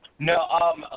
No